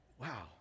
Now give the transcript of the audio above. Wow